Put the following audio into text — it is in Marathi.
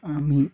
आम्ही